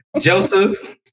Joseph